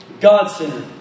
God-centered